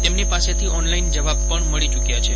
તેમની પાસેથી ઓનલાઇન જવાબ પણ મળી ચૂકયા છે